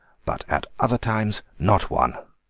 but at other times, not one.